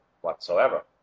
whatsoever